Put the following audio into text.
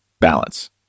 balance